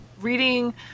reading